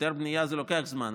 היתר בנייה זה לוקח זמן.